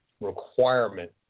requirement